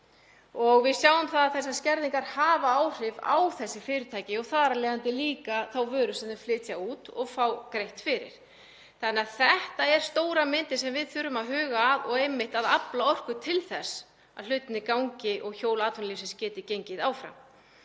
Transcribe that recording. Við sjáum að þessar skerðingar hafa áhrif á þessi fyrirtæki og þar af leiðandi á þá vöru sem þau flytja út og fá greitt fyrir. Þannig að þetta er stóra myndin sem við þurfum að huga að og að því að afla orku til þess að hlutirnir gangi og hjól atvinnulífsins geti gengið áfram.